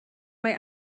mae